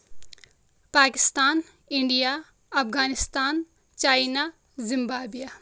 Pakistan India Afghanistan China Zimbabwe